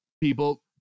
People